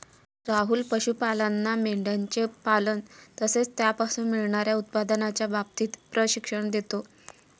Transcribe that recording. राहुल पशुपालांना मेंढयांचे पालन तसेच त्यापासून मिळणार्या उत्पन्नाच्या बाबतीत प्रशिक्षण देतो